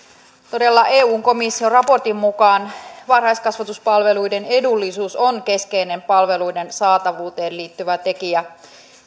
todella eun komission raportin mukaan varhaiskasvatuspalveluiden edullisuus on keskeinen palveluiden saatavuuteen liittyvä tekijä